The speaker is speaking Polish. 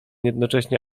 jednocześnie